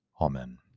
Amen